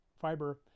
fiber